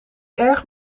erg